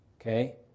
Okay